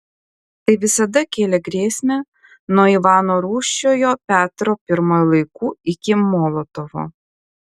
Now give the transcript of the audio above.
tai visada kėlė grėsmę nuo ivano rūsčiojo petro pirmojo laikų iki molotovo